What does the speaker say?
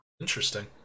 interesting